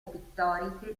pittoriche